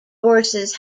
forces